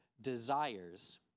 desires